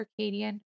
circadian